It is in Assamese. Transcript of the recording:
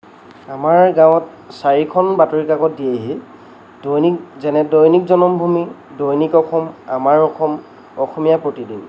আমাৰ গাঁৱত চাৰিখন বাতৰি কাকত দিয়েহি দৈনিক দৈনিক জনমভূমি দৈনিক অসম আমাৰ অসম অসমীয়া প্ৰতিদিন